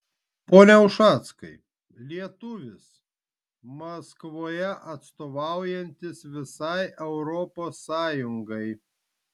pone ušackai lietuvis maskvoje atstovaujantis visai europos sąjungai